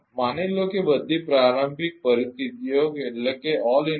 માની લો કે બધી પ્રારંભિક પરિસ્થિતિઓ 0 છે